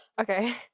Okay